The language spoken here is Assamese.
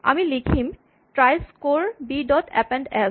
আমি লিখিম try score B dot append S